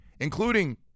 including